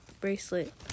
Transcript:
bracelet